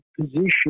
position